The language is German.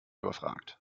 überfragt